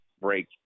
break